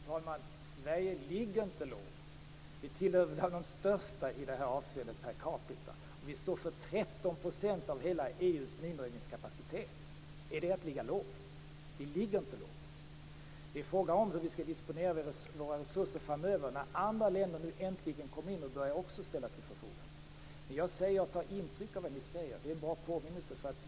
Fru talman! Sverige ligger inte lågt. Vi är bland de största i det här avseendet per capita. Vi står för 13 % av hela EU:s minröjningskapacitet. Är det att ligga lågt? Vi ligger inte lågt. Frågan är hur vi skall disponera våra resurser när även andra länder nu äntligen kommer in och börjar ställa sig till förfogande. Jag tar intryck av vad ni säger. Det är en bra påminnelse.